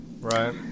Right